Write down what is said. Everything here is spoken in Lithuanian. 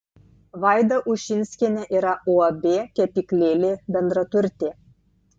vaida ušinskienė yra uab kepyklėlė bendraturtė